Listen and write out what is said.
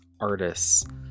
artists